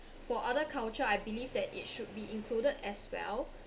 for other culture I believe that it should be included as well